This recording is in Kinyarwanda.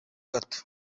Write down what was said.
gato